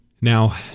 Now